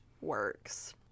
works